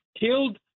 killed